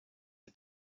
had